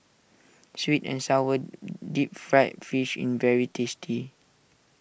Sweet and Sour Deep Fried Fish is very tasty